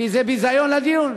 כי זה ביזיון לדיון.